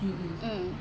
mm